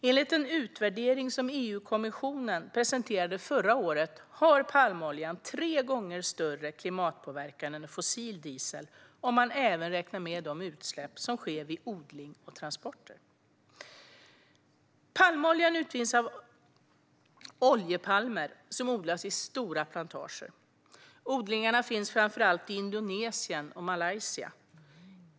Enligt en utvärdering som EU-kommissionen presenterade förra året har palmolja tre gånger större klimatpåverkan än fossil diesel om man även räknar med de utsläpp som sker vid odling och transporter. Palmoljan utvinns ur oljepalmer som odlas i stora plantager. Odlingarna finns framför allt i Indonesien och Malaysia.